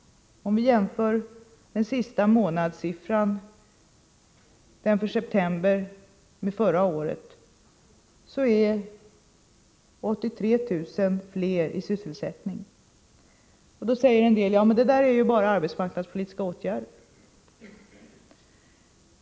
Om vi jämför den senaste månadssiffran, den för september, med förra året, visar det sig att 83 000 fler är i sysselsättning. Då säger en del: Det är bara arbetsmarknadspolitiska åtgärder.